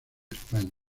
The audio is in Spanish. españa